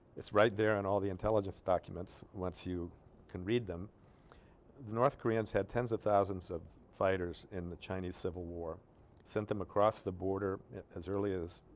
it's right there in all the intelligence documents once you can read them north korean had tens of thousands of fighters in the chinese civil war sent them across the border as early as